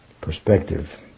perspective